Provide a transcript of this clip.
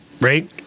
right